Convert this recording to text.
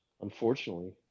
unfortunately